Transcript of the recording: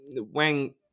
Wang